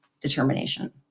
determination